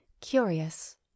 curious